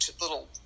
little